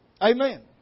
Amen